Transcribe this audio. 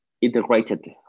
integrated